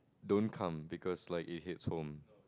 don't come because like it hits home